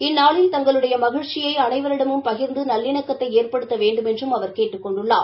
இந்நாளில் தங்களுடைய மகிழ்ச்சியை அனைவரிடமும் பகிர்ந்து நல்லிணக்கத்தை ஏற்படுத்த வேண்டுமென்றும் அவர் கேட்டுக் கொண்டுள்ளார்